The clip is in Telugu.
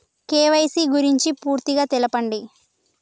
కే.వై.సీ గురించి పూర్తిగా తెలపండి?